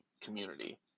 community